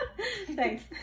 thanks